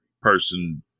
person